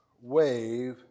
wave